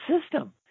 system